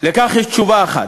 על כך יש תשובה אחת,